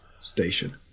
Station